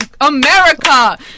America